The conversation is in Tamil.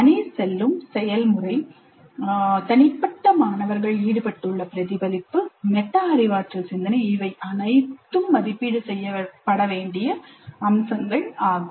அணி செல்லும் செயல்முறை தனிப்பட்ட மாணவர்கள் ஈடுபட்டுள்ள பிரதிபலிப்பு மெட்டா அறிவாற்றல் சிந்தனை இவை அனைத்தும் மதிப்பீடு செய்யப்பட வேண்டிய அம்சங்கள் ஆகும்